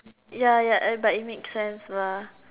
ya ya but it makes sense lah